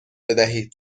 بدهید